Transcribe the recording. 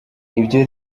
ibyo